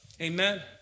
Amen